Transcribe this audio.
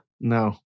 No